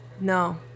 No